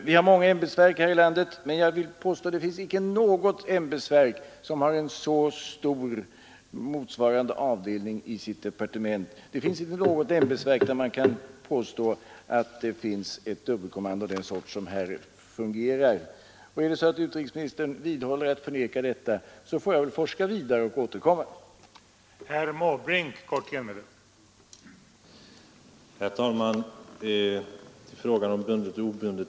Vi har många ämbetsverk i vårt land, men jag vill påstå att det icke finns något ämbetsverk som har en så stor motsvarande avdelning i vederbörande departement. Det finns inte något annat ämbetsverk med ett sådant dubbelkommando. Om utrikesministern vidhåller sitt förnekande på denna punkt, får jag väl forska vidare och återkomma i frågan.